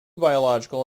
biological